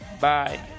bye